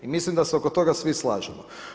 I mislim da se oko toga svi slažemo.